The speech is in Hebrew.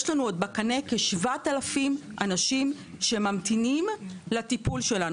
יש לנו בקנה עוד כ-7,000 אנשים שממתינים לטיפול שלנו.